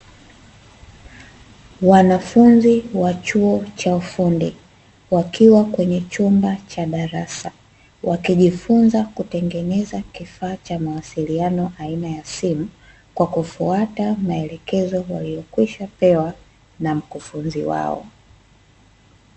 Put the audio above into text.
Wanafunzi wa chuo cha ufundi wakiwa kwenye chumba cha darasa wakijifunza kutengeneza kifaa cha mawasiliano aina ya simu kwa kufuata maelekezo waliokwishapewa na mkufunzi wao.